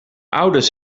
ouders